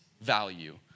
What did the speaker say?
value